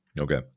Okay